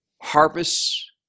harvests